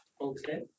Okay